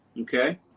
Okay